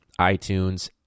iTunes